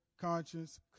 conscience